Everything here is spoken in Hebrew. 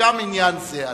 וגם עניין זה עלה,